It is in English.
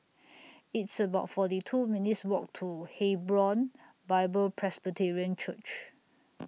It's about forty two minutes' Walk to Hebron Bible Presbyterian Church